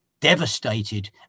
Devastated